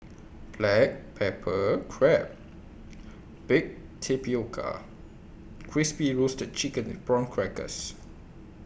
Black Pepper Crab Baked Tapioca and Crispy Roasted Chicken with Prawn Crackers